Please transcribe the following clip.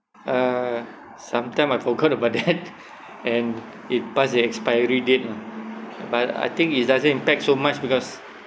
uh sometime I forgot about that and it passed the expiry date lah but I think it's doesn't impact so much because